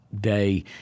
day